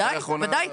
ודאי.